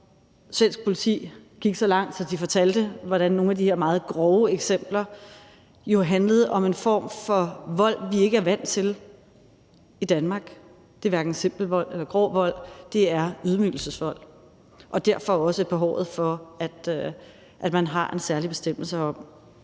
Og svensk politi gik så langt, at de fortalte, hvordan nogle af de her meget grove eksempler jo handlede om en form for vold, vi ikke er vant til i Danmark. Det er hverken simpel vold eller grov vold, det er ydmygelsesvold, og derfor er der også et behov for, at man har en særlig bestemmelse om det.